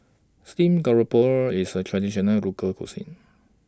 Steamed Garoupa IS A Traditional Local Cuisine